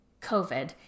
COVID